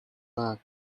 back